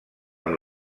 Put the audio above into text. amb